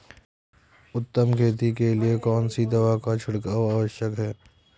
उत्तम खेती के लिए कौन सी दवा का छिड़काव आवश्यक है?